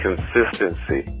consistency